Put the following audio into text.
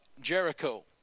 Jericho